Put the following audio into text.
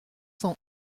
cent